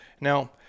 Now